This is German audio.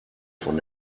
von